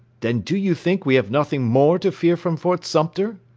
then do you think we have nothing more to fear from fort sumter?